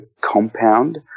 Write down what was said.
compound